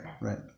right